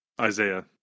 Isaiah